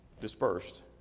dispersed